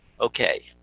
Okay